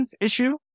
issue